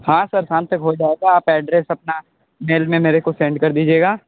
हाँ सर शाम तक हो जाएगा आप अड्रेस अपना मेल में मेरे को सेंड कर दीजिएगा